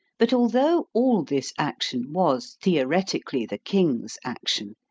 but although all this action was theoretically the king's action,